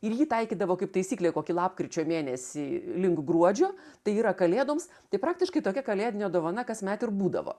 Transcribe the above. ir jį taikydavo kaip taisyklė kokį lapkričio mėnesį link gruodžio tai yra kalėdoms tai praktiškai tokia kalėdinė dovana kasmet ir būdavo